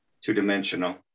two-dimensional